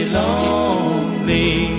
lonely